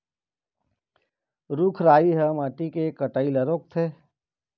रूख राई ह माटी के कटई ल रोकथे